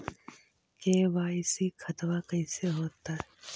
KYC खतबा कैसे होता?